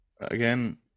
Again